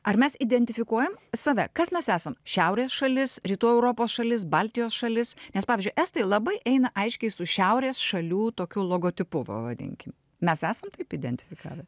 ar mes identifikuojam save kas mes esam šiaurės šalis rytų europos šalis baltijos šalis nes pavyzdžiui estai labai eina aiškiai su šiaurės šalių tokiu logotipu vavadinkim mes esam taip identifikavę